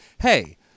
Hey